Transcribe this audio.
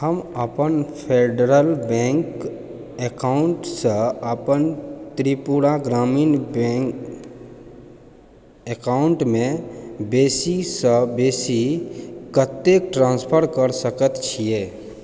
हम अपन Federal Bank अकाउंटसँ अपन त्रिपुरा ग्रामीण बैंक अकाउंटमे बेसीसँ बेसी कतेक ट्रांस्फर करि सकैत छियै